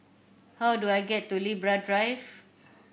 how do I get to Libra Drive